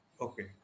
okay